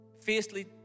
Fiercely